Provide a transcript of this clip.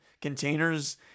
containers